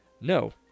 No